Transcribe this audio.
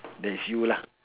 that is you lah